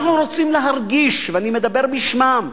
אנחנו רוצים להרגיש, ואני מדבר בשמם,